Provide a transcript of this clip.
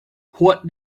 what